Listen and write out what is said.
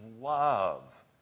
love